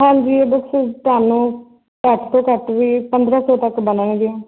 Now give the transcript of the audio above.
ਹਾਂਜੀ ਇਹ ਬੁਕਸ ਤੁਹਾਨੂੰ ਘੱਟ ਤੋਂ ਘੱਟ ਵੀ ਪੰਦਰ੍ਹਾਂ ਸੌ ਤੱਕ ਬਣਨਗੀਆਂ